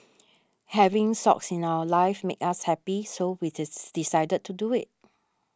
having Socks in our lives makes us happy so we decided to do it